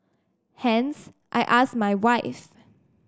hence I asked my wife